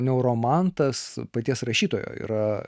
neuromantas paties rašytojo yra